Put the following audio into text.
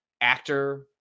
actor